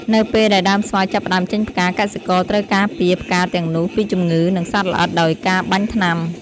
នៅពេលដែលដើមស្វាយចាប់ផ្ដើមចេញផ្កា កសិករត្រូវការពារផ្កាទាំងនោះពីជំងឺ និងសត្វល្អិតដោយការបាញ់ថ្នាំ។